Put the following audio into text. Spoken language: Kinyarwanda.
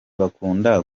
bakunda